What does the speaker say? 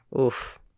Oof